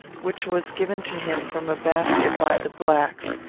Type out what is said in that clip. which was given to him from a basket by the blacks,